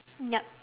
yup